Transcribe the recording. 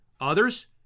others